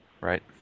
Right